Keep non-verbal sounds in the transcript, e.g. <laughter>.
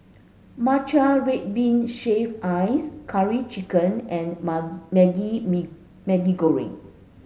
matcha red bean shaved ice curry chicken and <unintelligible> Maggi <unintelligible> Maggi Goreng